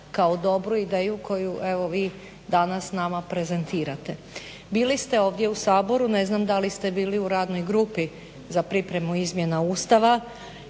kao dobru ideju koju vi nama danas prezentirate. Bili ste ovdje u Saboru, ne znam da li ste bili u radnoj grupi za pripremu izmjena Ustava